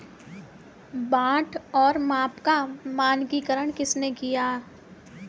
बाट और माप का मानकीकरण किसने किया?